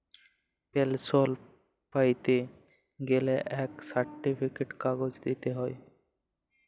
পেলসল প্যাইতে গ্যালে ইক সার্টিফিকেট কাগজ দিইতে হ্যয়